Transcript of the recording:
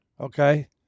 okay